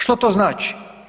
Što to znači?